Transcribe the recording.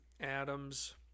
Adams